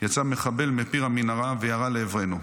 יצא מחבל מפיר המנהרה וירה לעברנו.